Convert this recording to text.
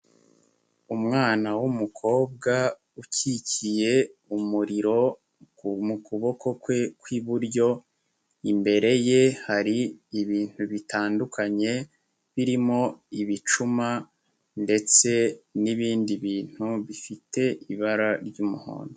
Umwana w'umukobwa ukikiye umuriro mu kuboko kwe kw'iburyo, imbere ye hari ibintu bitandukanye, birimo ibicuma ndetse n'ibindi bintu bifite ibara ry'umuhondo.